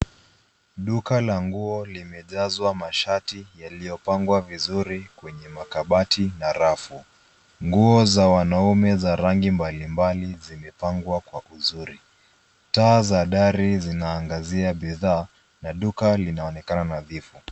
Duka la nguo limejazwa mashati yaliyopangwa vizuri kwenye makabati na rafu. Nguo za wanaume za rangi mbalimbali zimepangwa kwa uzuri. Taa za dari zinaangazia bidhaa na duka linaonekana nadhifu.